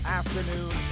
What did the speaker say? afternoon